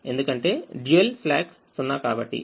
ఎందుకంటే dual slack 0కాబట్టి